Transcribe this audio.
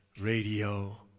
radio